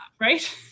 right